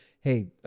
hey